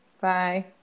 bye